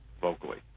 vocally